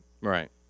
Right